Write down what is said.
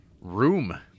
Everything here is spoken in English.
room